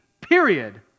Period